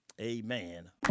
Amen